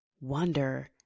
wonder